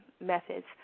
methods